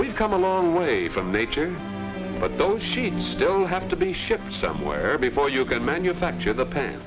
we've come a long way from nature but those sheets still have to be shipped somewhere before you can manufacture the pain